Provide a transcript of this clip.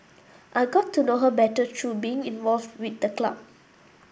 I got to know her better through being involved with the club